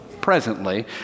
presently